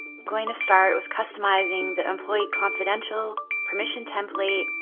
going to start with customizing the employee confidential permission template,